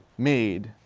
made